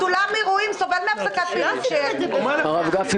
אולם אירועים סובל מהפסקת פעילות, גם עתידית.